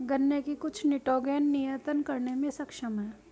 गन्ने की कुछ निटोगेन नियतन करने में सक्षम है